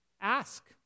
ask